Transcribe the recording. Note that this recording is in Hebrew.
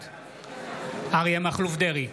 בעד אריה מכלוף דרעי,